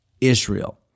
Israel